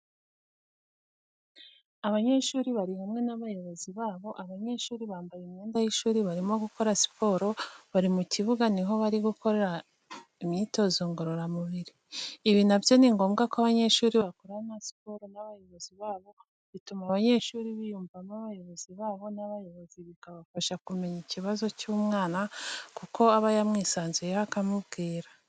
Abanyeshuri barihamwe n'abayobozi babo abanyeshuri bambaye imyenda yishuri barimo gukora siporo bari mukibuga niho barimo gukorera imyitozo ngorora mubiri. Ibi nabyo ningombwa ko abanyeshuri bakorana siporo nabayobozi babo bituma abanyeshuri biyumvamo abayobozi babo nabayobozi bikabafasha kumenye ikibazo cyumwana kuko abayanwisanzuyeho akamubwira.